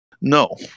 No